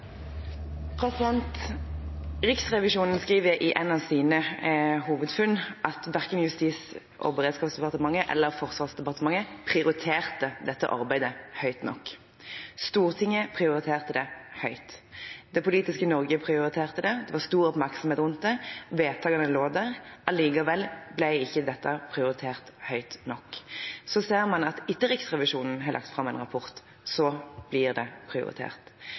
replikkordskifte. Riksrevisjonen skriver at et av deres hovedfunn er at verken Justis- og beredskapsdepartementet eller Forsvarsdepartementet prioriterte dette arbeidet høyt nok. Stortinget prioriterte det høyt, det politiske Norge prioriterte det, det var stor oppmerksomhet rundt det, og vedtakene lå der, allikevel ble ikke dette prioritert høyt nok. Så ser man at etter at Riksrevisjonen har lagt fram en rapport, blir det prioritert.